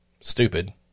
stupid